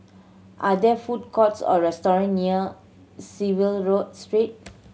are there food courts or restaurant near Clive Road Street